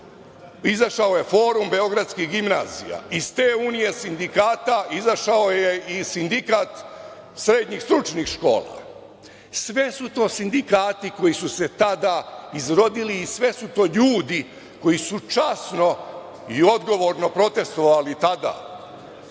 izašao je Forum beogradskih gimnazija. Iz te Unije sindikata izašao je i Sindikat srednjih stručnih škola. Sve su to sindikati koji su se tada izrodili i sve su to ljudi koji su časno i odgovorno protestvovali tada. Kako